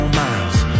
miles